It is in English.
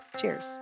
Cheers